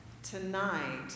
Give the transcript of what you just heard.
Tonight